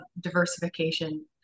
diversification